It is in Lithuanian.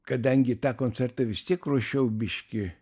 kadangi tą koncertą vis tiek ruošiau biškį